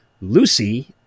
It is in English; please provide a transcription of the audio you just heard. Lucy